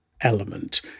element